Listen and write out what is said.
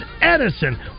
Edison